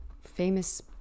famous